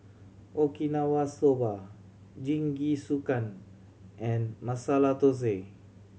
Okinawa Soba Jingisukan and Masala Dosa